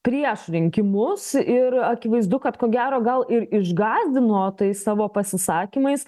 prieš rinkimus ir akivaizdu kad ko gero gal ir išgąsdino tais savo pasisakymais